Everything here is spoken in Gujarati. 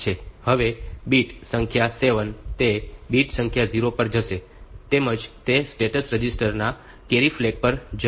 હવે બીટ સંખ્યા 7 તે બીટ સંખ્યા 0 પર જશે તેમજ તે સ્ટેટસ રજીસ્ટરના કેરી ફ્લેગ પર જશે